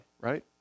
right